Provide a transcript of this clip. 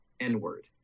N-word